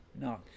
No